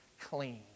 clean